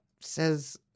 Says